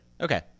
Okay